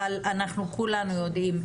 אבל אנחנו כולנו יודעים,